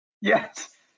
Yes